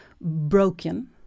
broken